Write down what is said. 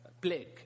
plague